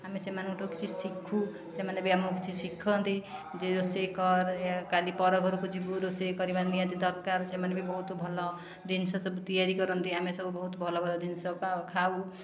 ଆମେ ସେମାନଙ୍କଠୁ କିଛି ଶିଖୁ ସେମାନେ ବି ଆମକୁ କିଛି ଶିଖନ୍ତି ଯେ ରୋଷେଇ କର ୟା କାଲି ପରଘରକୁ ଯିବୁ ରୋଷେଇ କରିବା ନିହାତି ଦରକାର ସେମାନେ ବି ବହୁତ ଭଲ ଜିନିଷ ସବୁ ତିଆରି କରନ୍ତି ଆମେ ସବୁ ବହୁତ ଭଲ ଭଲ ଜିନିଷ ପାଉ ଖାଉ